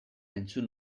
entzun